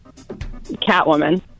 catwoman